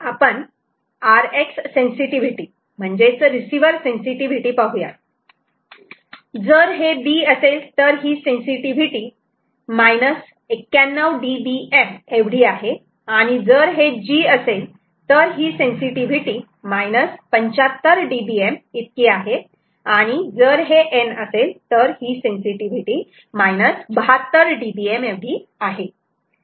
आपण rx sensitivity म्हणजेच receiver sensitivity पाहुयात जर हे b असेल तर ही सेन्सिटिव्हिटी 91dBm एवढी आहे आणि जर हे g असेल तर ही सेन्सिटिव्हिटी 75 dBm इतकी आहे आणि जर हे n असेल तर सेन्सिटिव्हिटी 72 dBm एवढी आहे